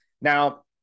Now